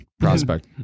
prospect